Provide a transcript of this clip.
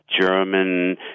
german